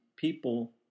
people